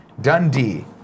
Dundee